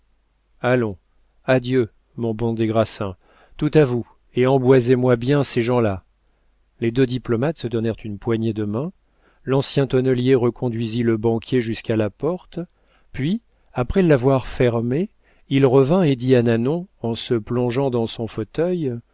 allons adieu mon bon des grassins tout à vous et emboisez moi bien ces gens-là les deux diplomates se donnèrent une poignée de main l'ancien tonnelier reconduisit le banquier jusqu'à la porte puis après l'avoir fermée il revint et dit à nanon en se plongeant dans son fauteuil